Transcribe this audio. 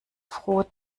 froh